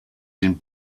den